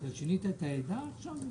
אתה שינית את העדה עכשיו?